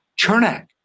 Chernak